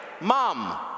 mom